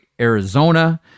arizona